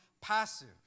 passive